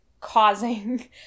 causing